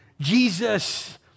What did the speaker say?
Jesus